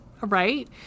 right